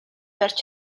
барьж